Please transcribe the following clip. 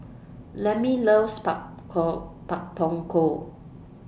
Lemmie loves Par call Pak Thong Ko